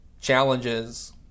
challenges